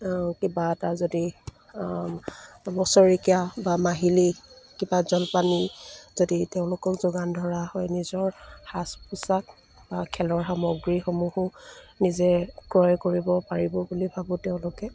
কিবা এটা যদি বছৰেকীয়া বা মাহিলী কিবা জলপানী যদি তেওঁলোকক যোগান ধৰা হয় নিজৰ সাজ পোছাক বা খেলৰ সামগ্ৰীসমূহো নিজে ক্ৰয় কৰিব পাৰিব বুলি ভাবোঁ তেওঁলোকে